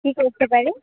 কী করতে পারি